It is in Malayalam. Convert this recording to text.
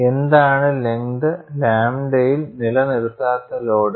എന്താണ് ലെങ്ത് ലാംഡയിൽ നില നിർത്താത്ത ലോഡ്